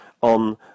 on